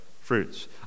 fruits